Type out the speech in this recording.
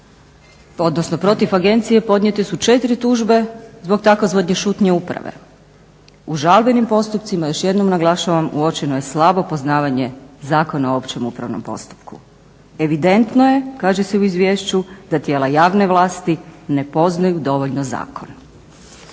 odnosno protiv agencije podnijete su 4 tužbe zbog tzv. "šutnje uprave". U žalbenim postupcima, još jednom naglašavam, uočeno je slabo poznavanje Zakona o općem upravnom postupku. Evidentno je, kaže se u izvješću, da tijela javne vlasti ne poznaju dovoljno zakon.